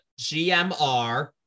GMR